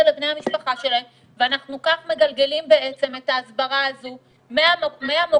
לבני המשפחה שלהם ואנחנו כך מגלגלים בעצם את ההסברה הזו מהמוקד